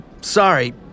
sorry